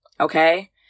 Okay